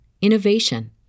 innovation